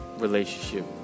relationship